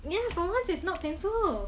ya for once it's not painful